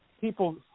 people